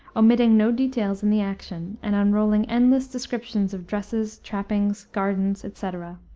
omitting no details in the action and unrolling endless descriptions of dresses, trappings, gardens, etc.